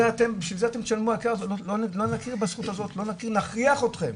בשביל זה אתם תשלמו יקר ולא נכיר בזכות הזו ונכריח אתכם,